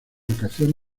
vacaciones